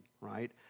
right